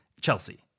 Chelsea